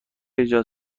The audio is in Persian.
ایجاد